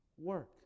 work